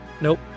nope